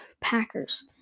Packers